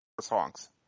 songs